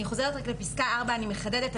אני חוזרת רק לפסקה (4) ואני מחדדת,